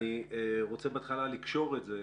אני רוצה בהתחלה לקשור את זה.